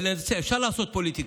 אפשר לעסוק בפוליטיקה.